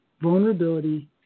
vulnerability